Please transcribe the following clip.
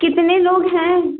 कितने लोग हैं